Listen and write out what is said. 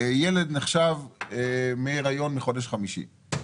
וילד נחשב מהיריון מחודש חמישי.